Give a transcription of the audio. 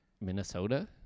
Minnesota